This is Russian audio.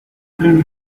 примем